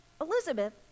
Elizabeth